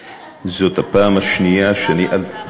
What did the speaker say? מאיר, איפה נתקע היום משרד האוצר?